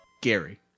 Gary